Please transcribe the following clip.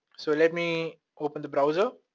so let me open the browser,